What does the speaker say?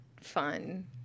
fun